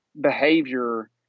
behavior